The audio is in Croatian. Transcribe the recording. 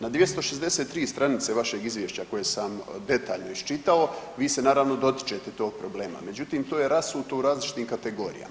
Na 263 stranice vašeg izvješća koje sam detaljno iščitao vi se naravno dotičete tog problema, međutim to je rasuto u različitim kategorijama.